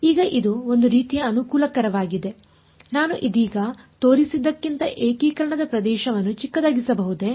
ಈಗ ಇದು ಒಂದು ರೀತಿಯ ಅನುಕೂಲಕರವಾಗಿದೆ ನಾನು ಇದೀಗ ತೋರಿಸಿದ್ದಕ್ಕಿಂತ ಏಕೀಕರಣದ ಪ್ರದೇಶವನ್ನು ಚಿಕ್ಕದಾಗಿಸಬಹುದೇ